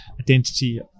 identity